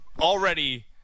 already